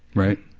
right?